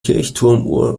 kirchturmuhr